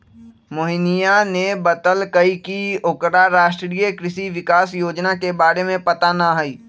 मोहिनीया ने बतल कई की ओकरा राष्ट्रीय कृषि विकास योजना के बारे में पता ना हई